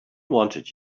wanted